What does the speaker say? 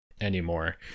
anymore